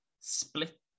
split